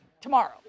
tomorrow